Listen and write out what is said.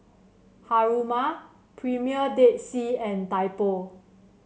Haruma Premier Dead Sea and Typo